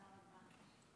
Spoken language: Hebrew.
תודה רבה.